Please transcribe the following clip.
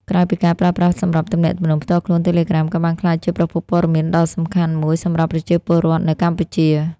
ក្រៅពីការប្រើប្រាស់សម្រាប់ទំនាក់ទំនងផ្ទាល់ខ្លួន Telegram ក៏បានក្លាយជា ប្រភពព័ត៌មានដ៏សំខាន់មួយ សម្រាប់ប្រជាពលរដ្ឋនៅកម្ពុជា។